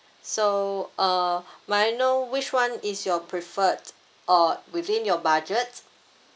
so uh may I know which one is your preferred or within your budget